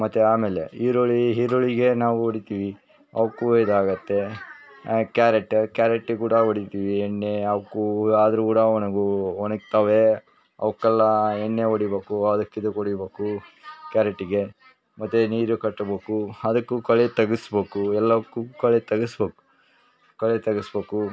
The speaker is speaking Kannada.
ಮತ್ತು ಆಮೇಲೆ ಈರುಳ್ಳಿ ಈರುಳ್ಳಿಗೆ ನಾವು ಹೊಡಿತೀವಿ ಅವ್ಕು ಇದಾಗುತ್ತೆ ಕ್ಯಾರೆಟ್ ಕ್ಯಾರೆಟ್ಗು ಕೂಡ ಹೊಡಿತೀವಿ ಎಣ್ಣೆ ಅವ್ಕು ಆದರೂ ಕೂಡ ಒಣಗಿ ಒಣಗ್ತವೆ ಅವುಕೆಲ್ಲ ಎಣ್ಣೆ ಹೊಡಿಬೇಕು ಅದಕ್ಕಿದುಕ್ ಹೊಡಿಬೇಕು ಕ್ಯಾರೆಟಿಗೆ ಮತ್ತು ನೀರು ಕಟ್ಟಬೇಕು ಅದುಕು ಕಳೆ ತೆಗಿಸ್ಬೇಕು ಎಲ್ಲವುಕು ಕಳೆ ತೆಗಿಸ್ಬೇಕು ಕಳೆ ತೆಗಿಸ್ಬೇಕು